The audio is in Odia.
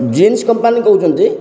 ଜିନ୍ସ୍ କମ୍ପାନୀ କହୁଛନ୍ତି